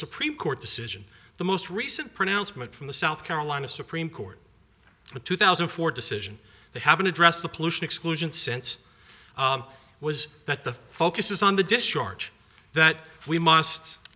supreme court decision the most recent pronouncement from the south carolina supreme court the two thousand and four decision they haven't addressed the pollution exclusion since was that the focus is on the discharge that we must